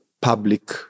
public